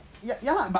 ya ya lah